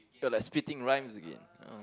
you're like spitting rhymes again